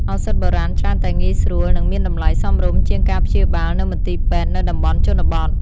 ឱសថបុរាណច្រើនតែងាយស្រួល និងមានតម្លៃសមរម្យជាងការព្យាបាលនៅមន្ទីរពេទ្យនៅតំបន់ជនបទ។